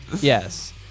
Yes